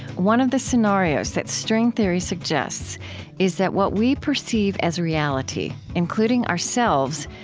one of the scenarios that string theory suggests is that what we perceive as reality, including ourselves,